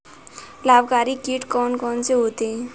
लाभकारी कीट कौन कौन से होते हैं?